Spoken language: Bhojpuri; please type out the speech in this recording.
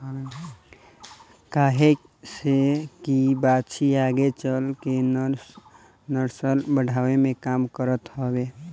काहे से की बाछी आगे चल के नसल बढ़ावे के काम करत हवे